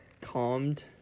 calmed